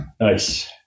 Nice